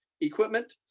equipment